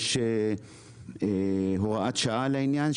יש הוראת שעה על העניין,